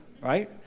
right